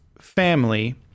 family